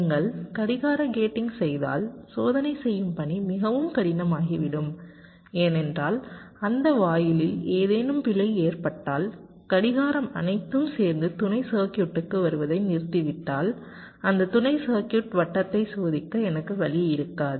நீங்கள் கடிகார கேட்டிங் செய்தால் சோதனை செய்யும் பணி மிகவும் கடினமாகிவிடும் ஏனென்றால் அந்த வாயிலில் ஏதேனும் பிழை ஏற்பட்டால் கடிகாரம் அனைத்தும் சேர்ந்து துணை சர்க்யூட்டுக்கு வருவதை நிறுத்திவிட்டால் அந்த துணை சர்க்யூட் வட்டத்தை சோதிக்க எனக்கு வழி இருக்காது